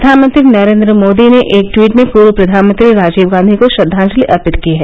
प्रधानमंत्री नरेन्द्र मोदी ने एक ट्वीट में पूर्व प्रधानमंत्री राजीव गांधी को श्रद्वांजलि अर्पित की है